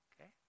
okay